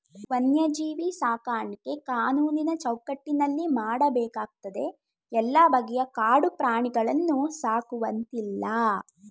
ವನ್ಯಜೀವಿ ಸಾಕಾಣಿಕೆ ಕಾನೂನಿನ ಚೌಕಟ್ಟಿನಲ್ಲಿ ಮಾಡಬೇಕಾಗ್ತದೆ ಎಲ್ಲ ಬಗೆಯ ಕಾಡು ಪ್ರಾಣಿಗಳನ್ನು ಸಾಕುವಂತಿಲ್ಲ